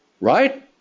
Right